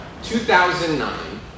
2009